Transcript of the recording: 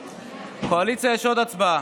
קואליציה, יש עוד הצבעה.